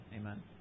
Amen